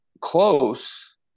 Close